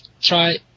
try